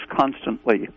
constantly